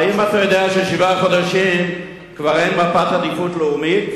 האם אתה יודע ששבעה חודשים כבר אין מפת עדיפות לאומית?